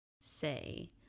say